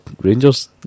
Rangers